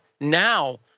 now